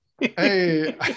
Hey